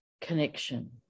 connection